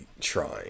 trying